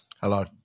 Hello